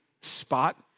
spot